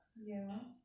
ya